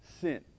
sin